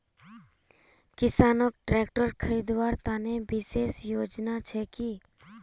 किसानोक ट्रेक्टर खरीदवार तने विशेष योजना छे कि?